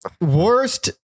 Worst